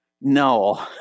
No